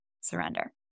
surrender